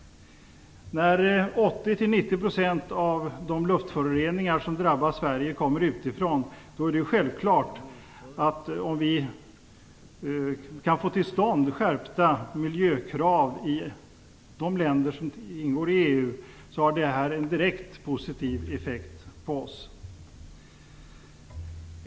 När 80 90 % av de luftföroreningar som drabbar Sverige kommer utifrån, är det självklart att det, om vi kan få till stånd skärpta miljökrav i de länder som ingår i EU, har en direkt positiv effekt på oss.